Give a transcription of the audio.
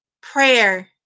Prayer